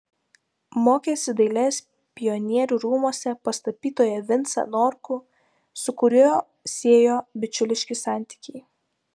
mokėsi dailės pionierių rūmuose pas tapytoją vincą norkų su kuriuo siejo bičiuliški santykiai